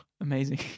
Amazing